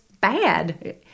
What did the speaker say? bad